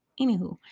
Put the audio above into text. Anywho